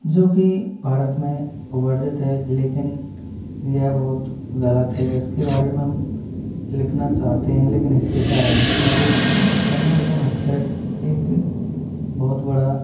जो कि भारत में वर्जित है लेकिन यह बहुत गलत है इसके बारे में हम लिखना चाहते हैं लेकिन हिचकिचा रहें हैं क्योंकि कन्या भ्रूण हत्या एक बहुत बड़ा